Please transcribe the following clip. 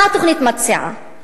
מה מציעה התוכנית?